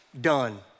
done